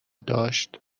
داشت